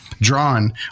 drawn